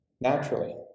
naturally